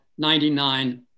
99